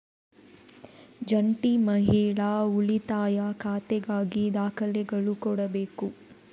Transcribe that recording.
ಜಂಟಿ ಮಹಿಳಾ ಉಳಿತಾಯ ಖಾತೆಗಾಗಿ ದಾಖಲೆಗಳು ಕೊಡಬೇಕು